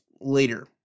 later